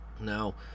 Now